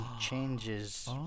changes